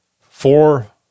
four